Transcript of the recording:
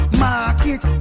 market